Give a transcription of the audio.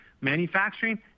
manufacturing